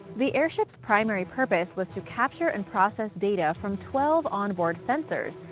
the airship's primary purpose was to capture and process data from twelve onboard sensors,